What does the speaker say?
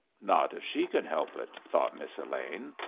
not if she can help it, thought miss elaine.